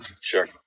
Sure